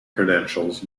credentials